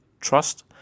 trust